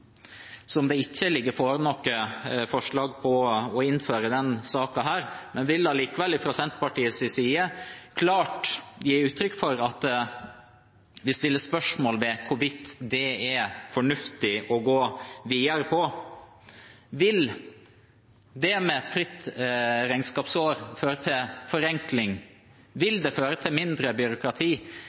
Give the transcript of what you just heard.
som det ikke foreligger noe forslag om å innføre i denne saken, vil jeg likevel fra Senterpartiets side klart gi uttrykk for at vi stiller spørsmål ved hvorvidt det er fornuftig å gå videre på det. Vil et fritt regnskapsår føre til forenkling? Vil det føre til mindre byråkrati?